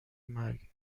مرگ